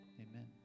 Amen